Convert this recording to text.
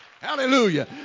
Hallelujah